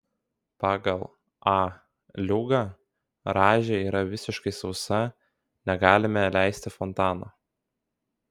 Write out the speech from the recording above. pagal a liugą rąžė yra visiškai sausa negalime leisti fontano